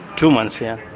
two months, yeah